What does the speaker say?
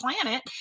planet